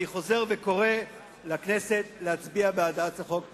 אני חוזר וקורא לכנסת להצביע בעד הצעת החוק.